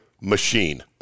machine